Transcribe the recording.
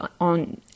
on